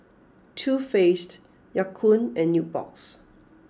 Too Faced Ya Kun and Nubox